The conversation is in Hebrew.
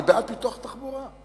אני בעד פיתוח תחבורה.